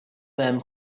them